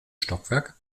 stockwerk